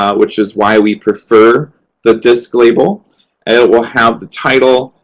ah which is why we prefer the disc label. and it will have the title.